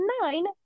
nine